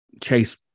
Chase